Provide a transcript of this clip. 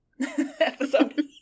episode